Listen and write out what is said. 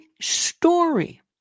story